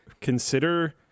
consider